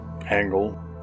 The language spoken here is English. angle